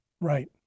Right